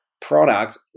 product